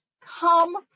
come